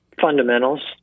Fundamentals